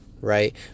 Right